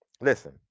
listen